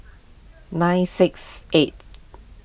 nine six eight